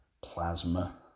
plasma